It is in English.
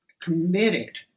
committed